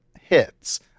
hits